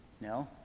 no